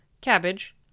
cabbage